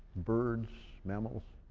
birds, mammals?